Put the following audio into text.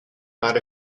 not